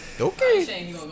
Okay